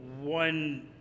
one